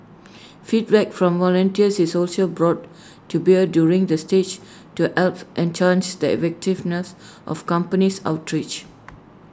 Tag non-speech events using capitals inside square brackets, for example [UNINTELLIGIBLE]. feedback from volunteers is also brought to bear during this stage to help enhance the [UNINTELLIGIBLE] of company's outreach